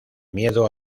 miedo